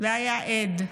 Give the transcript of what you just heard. והיה עד.